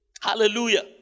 Hallelujah